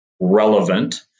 relevant